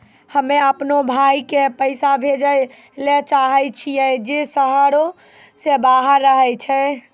हम्मे अपनो भाय के पैसा भेजै ले चाहै छियै जे शहरो से बाहर रहै छै